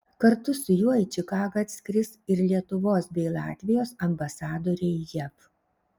kartu su juo į čikagą atskris ir lietuvos bei latvijos ambasadoriai jav